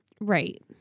Right